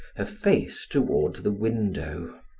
her face toward the window.